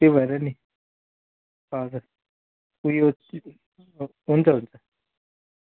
त्यही भएर नि हजुर उयो हुन्छ हुन्छ